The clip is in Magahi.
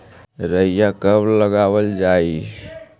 राई कब लगावल जाई?